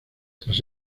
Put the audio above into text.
tras